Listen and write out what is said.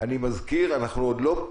אני מזכיר שאנחנו עוד לא דנים בחוק.